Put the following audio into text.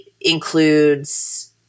includes